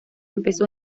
empezó